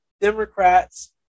Democrats